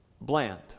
bland